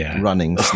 running